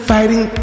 Fighting